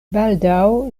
baldaŭ